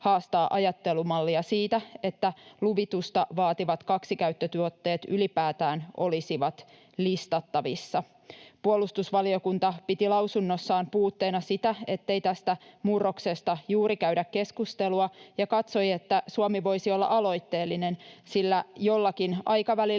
haastaa ajattelumallia siitä, että luvitusta vaativat kaksikäyttötuotteet ylipäätään olisivat listattavissa. Puolustusvaliokunta piti lausunnossaan puutteena sitä, ettei tästä murroksesta juuri käydä keskustelua, ja katsoi, että Suomi voisi olla aloitteellinen, sillä jollakin aikavälillä